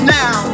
now